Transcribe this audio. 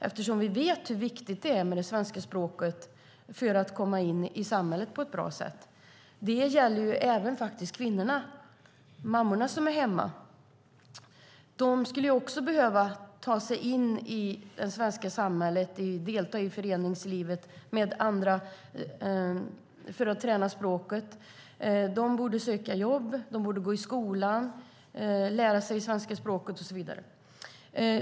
Vi vet nämligen hur viktigt det är med det svenska språket för att komma in i samhället på ett bra sätt. Det gäller även kvinnorna, alltså mammorna som är hemma. De skulle också behöva ta sig in i det svenska samhället och delta i föreningslivet för att träna språket. De borde söka jobb, gå i skolan, lära sig det svenska språket och så vidare.